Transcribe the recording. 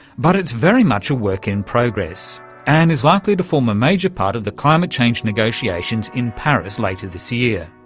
but it's very much a work in progress and is likely to form a major part of the climate change negotiations in paris later this year.